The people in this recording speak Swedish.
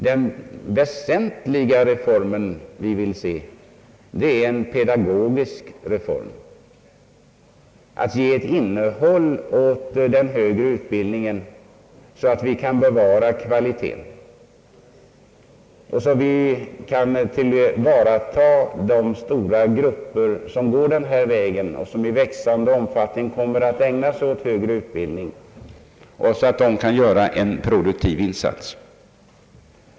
Det viktigaste är dock, anser vi, en pedagogisk reform, som ger ett sådant innehåll åt den högre utbildningen att dess kvalitet kan bevaras, så att vi kan ge de stora grupper som i växande omfattning söker sig till universiteten en sådan utbildning att de kan göra en produktiv insats i samhället.